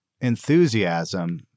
enthusiasm